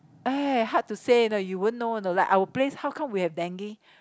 eh hard to say you know you won't know you know like our place how come we have dengue